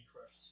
crush